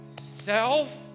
self